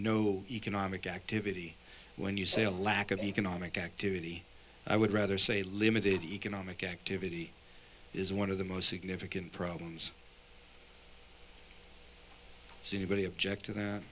no economic activity when you say a lack of economic activity i would rather say limited economic activity is one of the most significant problems so anybody object to that